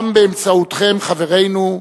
גם באמצעותכם, חברינו,